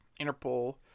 Interpol